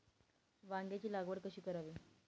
वांग्यांची लागवड कशी करावी?